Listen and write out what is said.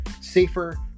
safer